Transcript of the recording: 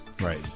Right